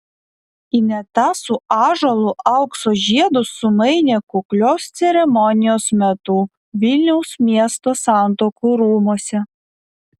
ineta su ąžuolu aukso žiedus sumainė kuklios ceremonijos metu vilniaus miesto santuokų rūmuose